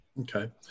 Okay